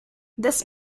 this